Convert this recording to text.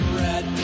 red